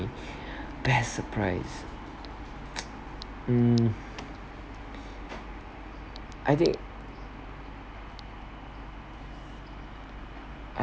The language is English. best surprise mm I think